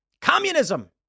Communism